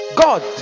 God